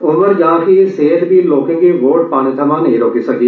उमर दां भीड़ सेहत बी लोकें गी वोट पाने थमां नेई रोकी सकी